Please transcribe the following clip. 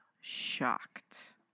shocked